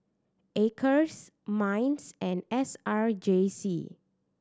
Acres MINDS and S R J C